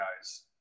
guys